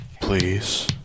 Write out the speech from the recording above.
Please